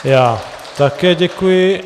Já také děkuji.